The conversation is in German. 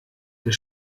der